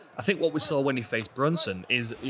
i think what we saw when he faced brunson is, you